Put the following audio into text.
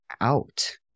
out